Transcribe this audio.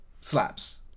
slaps